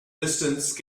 distance